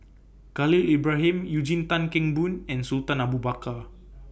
Khalil Ibrahim Eugene Tan Kheng Boon and Sultan Abu Bakar